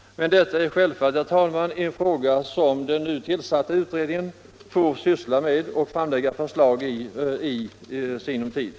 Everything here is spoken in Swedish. Men detta är självfallet, herr talman, en fråga som den nu tillsatta utredningen får syssla med och i sinom tid lägga fram förslag om.